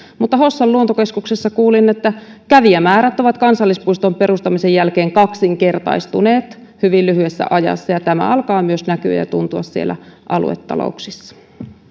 hossan luontokeskuksessa kuulin että kävijämäärät ovat kansallispuiston perustamisen jälkeen kaksinkertaistuneet hyvin lyhyessä ajassa ja tämä alkaa näkyä ja tuntua myös siellä aluetalouksissa